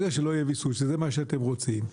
שזה מה שאתם רוצים,